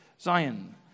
Zion